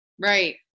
Right